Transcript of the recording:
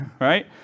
right